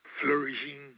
flourishing